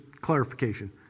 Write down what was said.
clarification